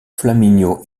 flaminio